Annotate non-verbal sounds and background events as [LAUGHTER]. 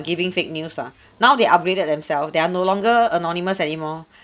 giving fake news ah [BREATH] now they upgraded themselves they are no longer anonymous anymore [BREATH]